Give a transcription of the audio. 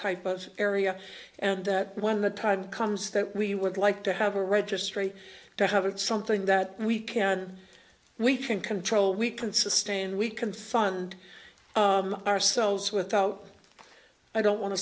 type of area and that when the time comes that we would like to have a registry to have it something that we can we can control we can sustain we can fund ourselves without i don't want to